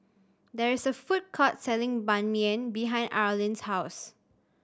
there is a food court selling Ban Mian behind Arlin's house